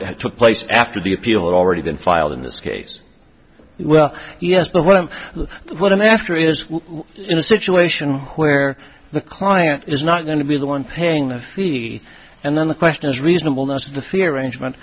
award took place after the appeal had already been filed in this case well yes but what i'm what i'm after is in a situation where the client is not going to be the one paying the fee and then the question is reasonable not the fear range